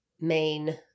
main